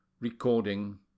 Recording